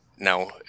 now